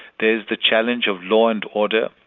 there's the challenge of law and order,